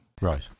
Right